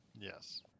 Yes